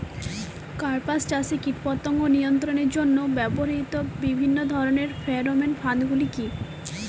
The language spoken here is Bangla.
কাপাস চাষে কীটপতঙ্গ নিয়ন্ত্রণের জন্য ব্যবহৃত বিভিন্ন ধরণের ফেরোমোন ফাঁদ গুলি কী?